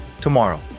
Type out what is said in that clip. tomorrow